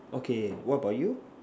okay what about you